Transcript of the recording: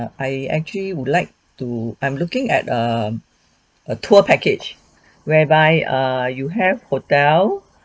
I actually would like to I'm looking at um a tour package whereby err you have hotel